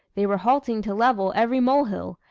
they were halting to level every molehill,